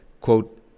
quote